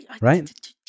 right